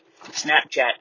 Snapchat